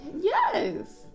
Yes